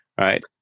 Right